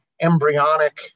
embryonic